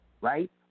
right